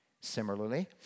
Similarly